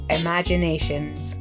imaginations